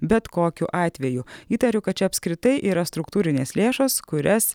bet kokiu atveju įtariu kad čia apskritai yra struktūrinės lėšos kurias